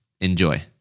Enjoy